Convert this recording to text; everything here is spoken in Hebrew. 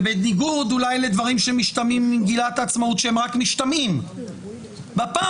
ובניגוד אולי לדברים שמשתמעים ממגילת העצמאות שהם רק משתמעים - בפעם